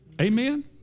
Amen